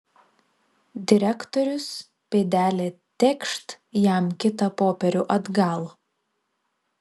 direktorius pėdelė tėkšt jam kitą popierių atgal